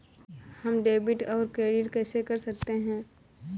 हम डेबिटऔर क्रेडिट कैसे कर सकते हैं?